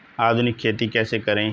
आधुनिक खेती कैसे करें?